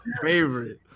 favorite